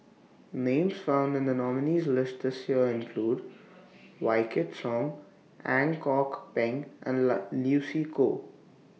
Names found in The nominees' list This Year include Wykidd Song Ang Kok Peng and Lucy Koh